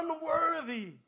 unworthy